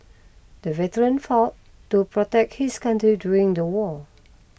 the veteran fought to protect his country during the war